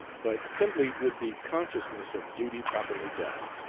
but simply with the consciousness of duty properly done.